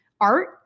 art